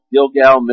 Gilgal